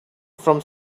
from